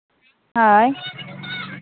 ᱦᱳᱭ